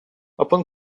upon